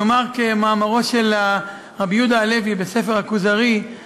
אני אומר כמאמרו של רבי יהודה הלוי בספר "הכוזרי":